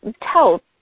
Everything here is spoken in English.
tell